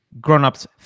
grown-ups